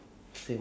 ya